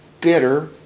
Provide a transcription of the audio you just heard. bitter